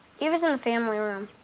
eva's in the family room.